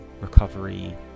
recovery